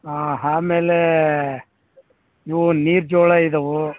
ಹಾಂ ಆಮೇಲೇ ಇವು ನೀರು ಜೋಳ ಇದಾವೆ